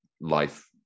life